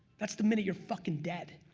that's the minute you're fuckin' dead.